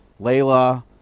Layla